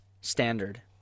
standard